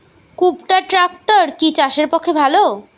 কুবটার ট্রাকটার কি চাষের পক্ষে ভালো?